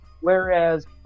Whereas